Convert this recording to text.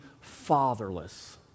fatherless